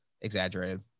exaggerated